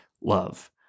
love